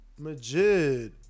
Majid